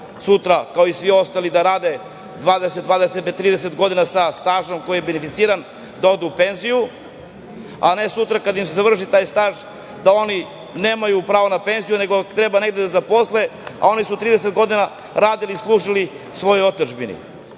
sutra kao i svi ostali da rade 20, 25, 30 godina sa stažom koji je beneficiran, da odu u penziju, a ne sutra kada im se završi taj staž, da oni nemaju pravo na penziju nego treba negde da se zaposle, a oni su 30 godina radili i služili svojoj otadžbini.